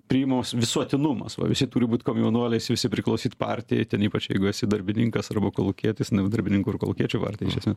priimamas visuotinumas va visi turi būt komjaunuoliais visi priklausyt partijai ypač jeigu esi darbininkas arba kolūkietis na jau darbininkų ir kolūkiečių partija iš esmės